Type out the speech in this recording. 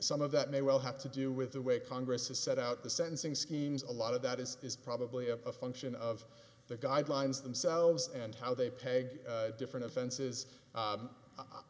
some of that may well have to do with the way congress has set out the sentencing schemes a lot of that is is probably a function of the guidelines themselves and how they pegged different offenses